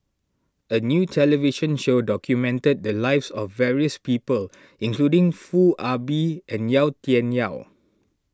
a new television show documented the lives of various people including Foo Ah Bee and Yau Tian Yau